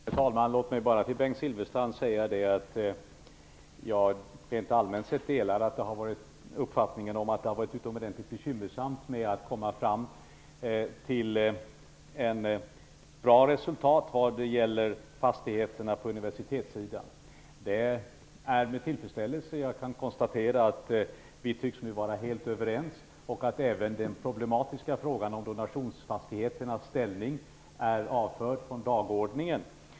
Herr talman! Låt mig till Bengt Silfverstrand säga att jag rent allmänt sett delar uppfattningen att det varit utomordentligt bekymmersamt att komma fram till bra resultat vad gäller fastigheterna på universitetssidan. Det är med tillfredsställelse jag konstaterar att vi nu tycks vara helt överens och att även den problematiska frågan om donationsfastigheternas ställning är avförd från dagordningen.